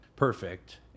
Perfect